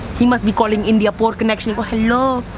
he must be calling india. poor connection. oh, hello.